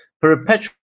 perpetual